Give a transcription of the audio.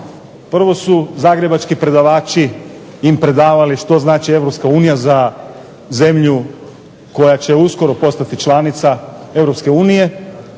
Prvo su zagrebački predavači im predavali što znači Europska unija za zemlju koja će uskoro postati članica